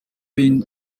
been